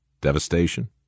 Devastation